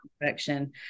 perfection